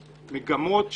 מגמות,